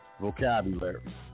Vocabulary